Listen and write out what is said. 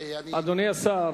אדוני השר,